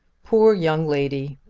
poor young lady!